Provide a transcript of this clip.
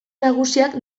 nagusiak